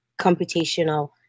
computational